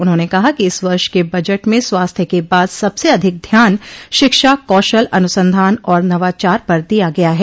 उन्होंने कहा कि इस वर्ष के बजट में स्वास्थ्य के बाद सबसे अधिक ध्यान शिक्षा कौशल अनुसंधान और नवाचार पर दिया गया है